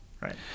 Right